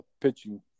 Pitching